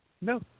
No